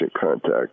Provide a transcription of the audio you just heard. contact